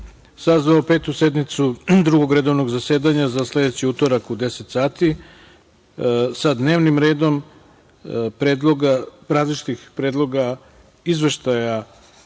sazvao Petu sednicu Drugog redovnog zasedanja za sledeći utorak u 10.00 sati, sa dnevnim redom različitih predloga izveštaja